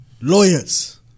Lawyers